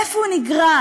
מאיפה הוא נגרע,